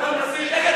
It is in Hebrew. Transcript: שקט.